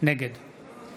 נגד